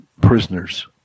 prisoners